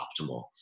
optimal